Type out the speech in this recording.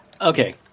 okay